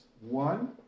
One